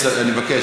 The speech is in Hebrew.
אני מבקש,